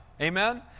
Amen